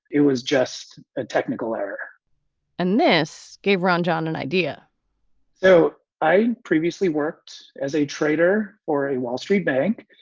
it was just a technical error and this gave ron john an idea so i previously worked as a trader for a wall street bank.